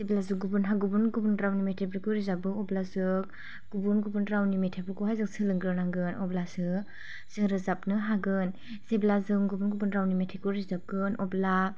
गुबुन हा गुबुन रावनि मेथाइखौ रोजाबो अब्लासो गुबुन गुबुन रावनि मेथाइफोरखौहाय जों सोलोंग्रोनांगोन अब्लासो जों रोजाबनो हागोन जेब्ला जों गुबुन गुबुन रावनि मेथाइखौ रोजाबगोन अब्ला